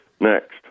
next